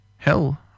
Hell